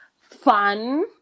fun